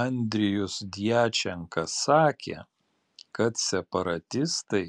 andrijus djačenka sakė kad separatistai